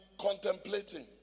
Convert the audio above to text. contemplating